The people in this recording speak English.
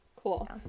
Cool